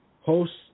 hosts